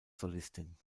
solistin